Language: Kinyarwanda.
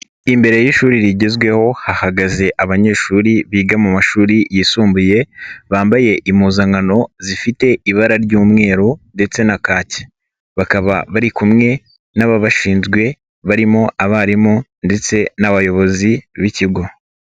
Imbere y'ishuri rigezweho, hahagaze abanyeshuri biga mu mashuri yisumbuye, bambaye impuzankano zifite ibara ry'umweru ndetse na kaki, bakaba bari kumwe n'ababashinzwe, barimo abarimu ndetse n'abayobozi b'ikigo.